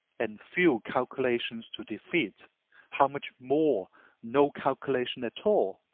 and few calculations to defeat how much more no calculation at all!